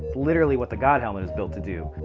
literally what the god helmet is built to do.